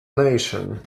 nation